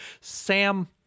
Sam